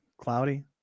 cloudy